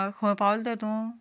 खंय पावला तर तूं